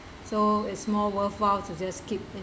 so is more worthwhile to just keep it